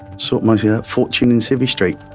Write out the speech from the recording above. sought my yeah fortune in civvy street.